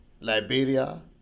Liberia